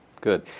Good